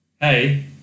Hey